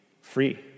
free